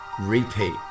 Repeat